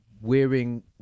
wearing